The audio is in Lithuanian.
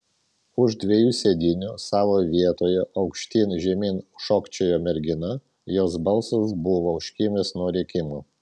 už dviejų sėdynių savo vietoje aukštyn žemyn šokčiojo mergina jos balsas buvo užkimęs nuo rėkimo